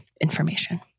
information